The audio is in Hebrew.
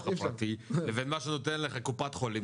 הפרטי לבין מה שנותן לך קופת חולים,